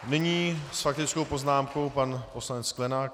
Nyní s faktickou poznámkou pan poslanec Sklenák.